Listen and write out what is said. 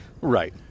right